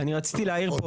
אני רציתי להעיר פה,